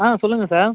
ஆ சொல்லுங்கள் சார்